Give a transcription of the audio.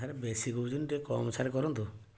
sir ବେଶି କହୁଛନ୍ତି ଟିକେ କମ୍ ସାର୍ କରନ୍ତୁ